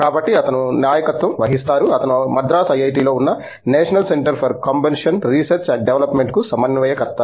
కాబట్టి అతను నాయకత్వం వహిస్తారు అతను మద్రాసు ఐఐటీ లో ఉన్న National Centre for Combustion Research and Development కు సమన్వయకర్త